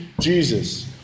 Jesus